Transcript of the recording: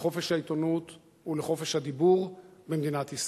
לחופש העיתונות ולחופש הדיבור במדינת ישראל.